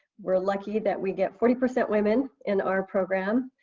we're lucky that we get forty percent women in our program.